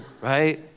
right